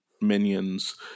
minions